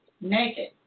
naked